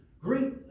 great